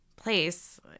place